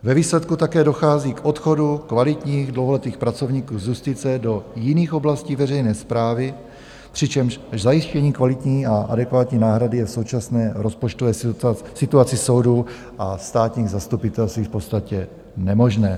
Ve výsledku také dochází k odchodu kvalitních dlouholetých pracovníků z justice do jiných oblastí veřejné správy, přičemž k zajištění kvalitní a adekvátní náhrady je v současné rozpočtové situaci soudů a státních zastupitelství v podstatě nemožné.